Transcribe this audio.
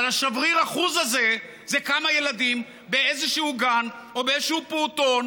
אבל שבריר האחוז הזה זה כמה ילדים באיזשהו גן או באיזשהו פעוטון,